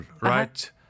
right